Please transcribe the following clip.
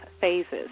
phases